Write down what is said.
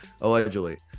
Allegedly